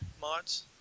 mods